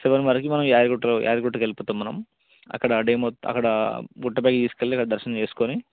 తొమ్మిది వరకు మనం యాదగిరి గుట్టకి యాదగిరి గుట్ట వెళ్లిపోతాం మనం అక్కడ డే మొత్తం అక్కడ గుట్టపై తీసుకు వెళ్లి అక్కడ దర్శనం చేసుకుని